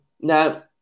Now